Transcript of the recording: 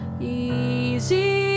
Easy